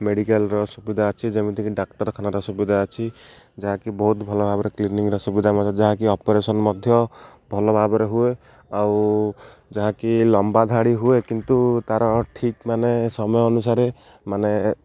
ମେଡ଼ିକାଲ୍ର ସୁବିଧା ଅଛି ଯେମିତିକି ଡାକ୍ତରଖାନାର ସୁବିଧା ଅଛି ଯାହାକି ବହୁତ ଭଲ ଭାବରେ କ୍ଲିନିଂର ସୁବିଧା ମଧ୍ୟ ଯାହାକି ଅପରେସନ୍ ମଧ୍ୟ ଭଲ ଭାବରେ ହୁଏ ଆଉ ଯାହାକି ଲମ୍ବା ଧାଡ଼ି ହୁଏ କିନ୍ତୁ ତାର ଠିକ୍ ମାନେ ସମୟ ଅନୁସାରେ ମାନେ